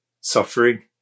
suffering